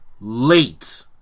late